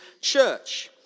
church